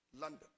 London